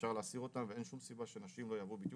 אפשר להסיר אותם ואין שום סיבה שנשים לא יהוו בדיוק